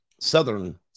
southern